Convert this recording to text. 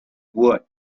would